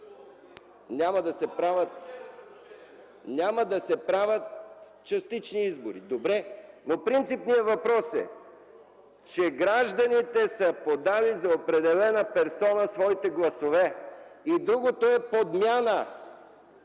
Няма да се правят частични избори – добре, но принципният въпрос е, че гражданите са подали за определена персона своите гласове, а другото е подмяна.